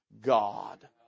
God